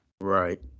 right